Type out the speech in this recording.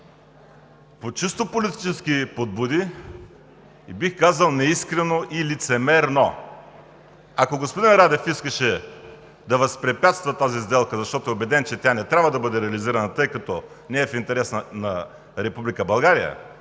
по чисто политически подбуди и бих казал неискрено и лицемерно. Ако господин Радев искаше да възпрепятства тази сделка, защото е убеден, че тя не трябва да бъде реализирана, тъй като не е в интерес на